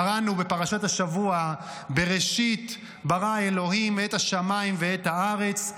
קראנו בפרשת השבוע: "בראשית ברא ה' את השמים ואת הארץ.